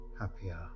happier